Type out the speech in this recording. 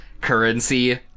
currency